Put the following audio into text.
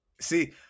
See